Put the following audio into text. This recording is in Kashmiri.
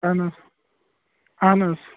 اَہَنا اَہَن حظ